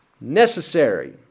necessary